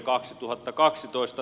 kiitän tästä